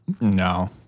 No